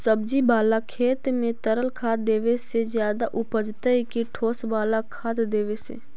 सब्जी बाला खेत में तरल खाद देवे से ज्यादा उपजतै कि ठोस वाला खाद देवे से?